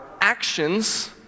actions